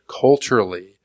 culturally